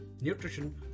nutrition